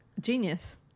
genius